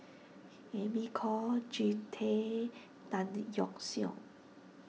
Amy Khor Jean Tay Tan Yeok Seong